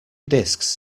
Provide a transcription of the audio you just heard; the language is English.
disks